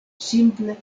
simple